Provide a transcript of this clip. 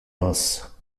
nos